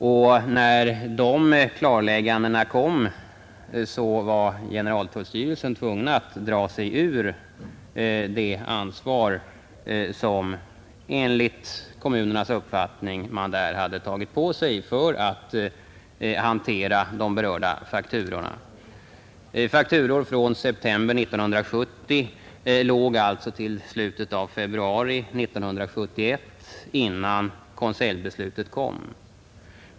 Efter dessa klarlägganden fann sig generaltullstyrelsen tvungen att dra sig undan det ansvar för att hantera de berörda fakturorna som man enligt kommunernas uppfattning hade tagit på sig. Fakturor från september 1970 låg alltså obetalade till slutet av februari 1971 då konseljbeslutet kom.